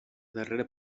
darrera